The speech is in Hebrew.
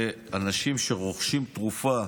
שאנשים שרוכשים תרופה